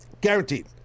Guaranteed